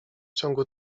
ciągu